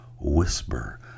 Whisper